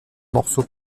morceau